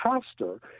pastor